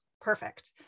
perfect